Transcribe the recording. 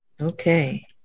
Okay